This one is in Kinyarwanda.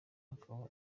akaba